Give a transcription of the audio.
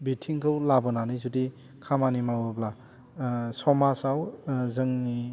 बिथिंखौ लाबोनानै जुदि खामानि मावोब्ला समाजाव जोंनि